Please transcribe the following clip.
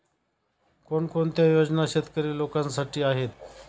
कोणकोणत्या योजना शेतकरी लोकांसाठी आहेत?